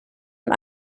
und